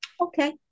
Okay